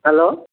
hello